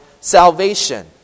salvation